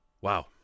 Wow